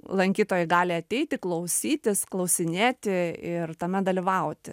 lankytojai gali ateiti klausytis klausinėti ir tame dalyvauti